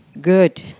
good